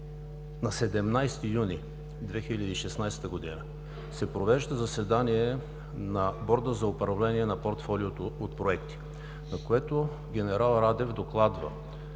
На 17 юни 2016 г. се провежда заседание на Борда за управление на портфолиото от проекти, на което генерал Радев докладва